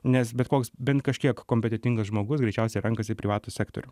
nes bet koks bent kažkiek kompetentingas žmogus greičiausiai renkasi privatų sektorių